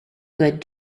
good